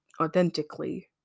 authentically